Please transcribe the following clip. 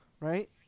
right